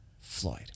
Floyd